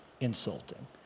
Insulting